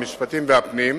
המשפטים והפנים,